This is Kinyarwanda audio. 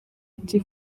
ati